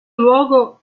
luogo